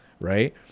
right